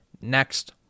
next